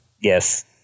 Yes